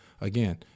again